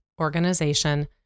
organization